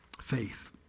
faith